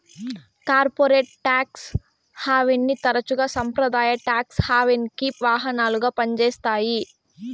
corporate tax హావెన్ని తరచుగా సంప్రదాయ టాక్స్ హావెన్కి వాహనాలుగా పంజేత్తాయి